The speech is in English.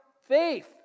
faith